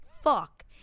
fuck